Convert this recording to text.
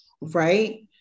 right